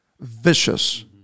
vicious